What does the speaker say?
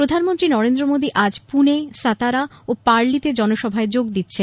প্রধানমন্ত্রী নরেন্দ্র মোদী আজ পুনে সাতারা ও পার্লিতে জনসভায় যোগ দিচ্ছেন